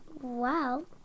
Wow